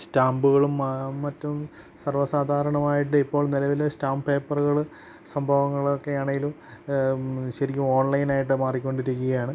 സ്റ്റാമ്പുകളും മറ്റും സർവ്വസാധാരണമായിട്ടിപ്പോൾ നിലവില് സ്റ്റാമ്പ് പേപ്പറുകള് സംഭവങ്ങളൊക്കെയാണേലും ഇന്ന് ശരിക്ക് ഓൺലൈനായിട്ട് മാറിക്കൊണ്ടിരിക്കുകയാണ്